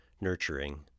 nurturing